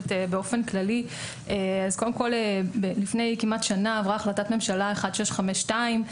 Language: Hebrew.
לפני כשנה עברה החלטת ממשלה 1652,